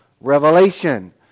Revelation